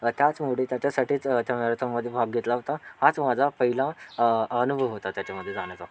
त्याचमुळे त्याच्यासाठीच त्या मॅरॅथॉनमध्ये भाग घेतला होता हाच माझा पहिला अनुभव होता त्याच्यामध्ये झालेला